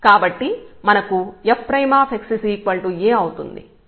కాబట్టి మనకు fx A అవుతుంది